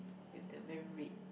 with the very red